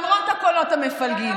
למרות הקולות המפלגים.